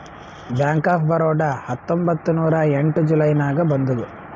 bank of Baroda ಹತ್ತೊಂಬತ್ತ್ ನೂರಾ ಎಂಟ ಜುಲೈ ನಾಗ್ ಬಂದುದ್